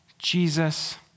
Jesus